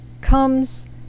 comes